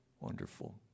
Wonderful